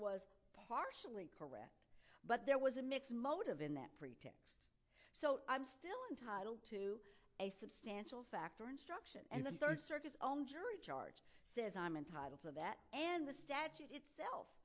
was partially but there was a mix motive in that preter so i'm still entitle to a substantial factor instruction and the third circus on jury charge says i'm entitled to that and the statute itself